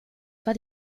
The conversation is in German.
war